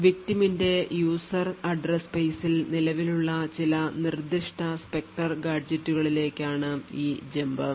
victim ന്റെ user address space ൽ നിലവിലുള്ള ചില നിർദ്ദിഷ്ട സ്പെക്ടർ ഗാഡ്ജെറ്റുകളിലേക്കാണ് ഈ ജമ്പ്